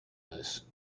this